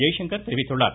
ஜெய்ஷங்கர் தெரிவித்துள்ளார்